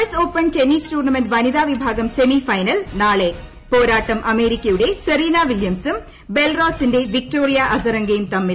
S open tennis tournament വനിതാ വിഭാഗം semi final നാളെ പോരാട്ടം അമേരിക്കയുടെ സെറീന വില്യംസും ബലാറസിന്റെ വിക്ടോറിയ അസരങ്കയും തമ്മിൽ